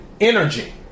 Energy